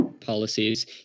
policies